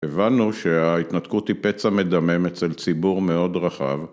הבנו שההתנתקות היא פצע מדמם אצל ציבור מאוד רחב.